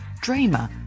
Dreamer